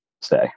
stay